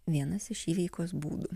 vienas iš įveikos būdų